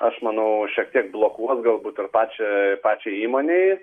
aš manau šiek tiek blokuos galbūt ir pačią pačiai įmonei